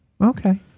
Okay